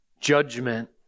judgment